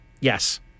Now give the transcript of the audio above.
yes